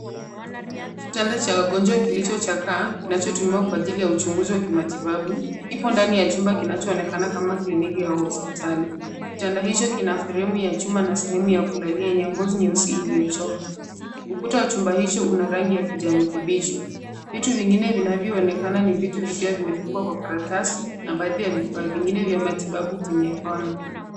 Kitanda cha wagonjwa kilichochakaa kinachotumiwa kwa ajili ya uchunguzi wa kimatibabu. Ipo ndani ya chumba kinachoonekana kama kliniki au hospitali. Kitanda hicho kina fremu ya chuma na sehemu ya kulalia yenye ngozi nyeusi iliyochoka. Ukuta wa chumba hicho una rangi ya kijani kibichi. Vitu vingine vinavyooneka ni vitu vikiwa vimefungwa kwa karatasi na baadhi ya vifaa vingine vya matibabu kwenye kona.